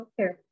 Okay